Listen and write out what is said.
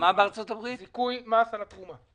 יש זיכוי מס על התרומה.